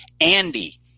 Andy